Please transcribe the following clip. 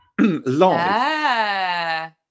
live